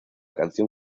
canción